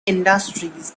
industries